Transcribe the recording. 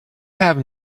have